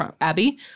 Abby